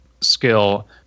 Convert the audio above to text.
skill